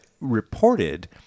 reported